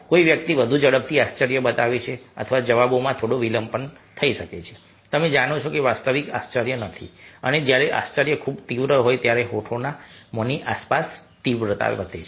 કોઈ વ્યક્તિ વધુ ઝડપથી આશ્ચર્ય બતાવે છે અથવા જવાબમાં થોડો વિલંબ થાય છે તમે જાણો છો કે તે વાસ્તવિક આશ્ચર્ય નથી અને જ્યારે આશ્ચર્ય ખૂબ તીવ્ર હોય ત્યારે હોઠના મોંની આસપાસ તીવ્રતા વધે છે